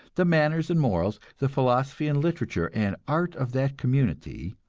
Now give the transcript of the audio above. the manners and morals, the philosophy and literature and art of that community,